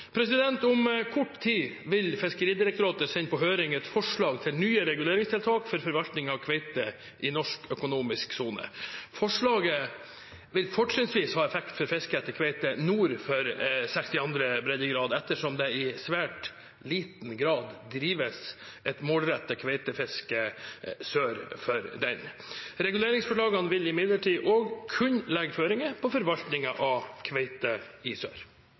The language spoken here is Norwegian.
Om kort tid vil Fiskeridirektoratet sende på høring et forslag til nye reguleringstiltak for forvaltningen av kveite i norsk økonomisk sone. Forslaget vil fortrinnsvis ha effekt for fisket etter kveite nord for 62. breddegrad, ettersom det i svært liten grad drives et målrettet kveitefiske sør for den. Reguleringsforslagene vil imidlertid også kunne legge føringer på forvaltningen av kveite